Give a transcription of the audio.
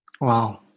Wow